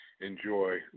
enjoy